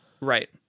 right